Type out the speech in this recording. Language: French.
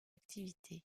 activité